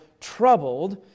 troubled